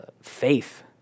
faith